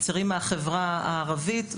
צעירים מהחברה הערבית וכולי.